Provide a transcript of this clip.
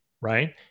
right